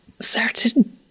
certain